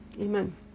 Amen